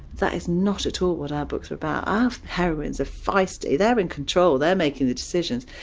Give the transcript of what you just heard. that is not at all what our books are about our heroines are feisty, they're in control. they're making the decisions.